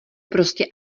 prostě